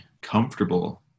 comfortable